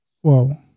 Whoa